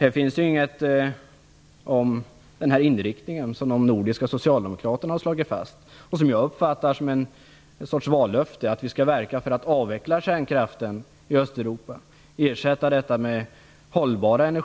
Här står ingenting om den inriktning som de nordiska socialdemokraterna har slagit fast. Jag uppfattar detta som ett slags vallöfte om att vi skall verka för att avveckla kärnkraften i Östeuropa och ersätta den med hållbara och